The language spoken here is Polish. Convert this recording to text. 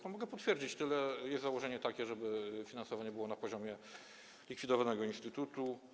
No, mogę potwierdzić, że jest założenie takie, żeby finansowanie było na poziomie likwidowanego instytutu.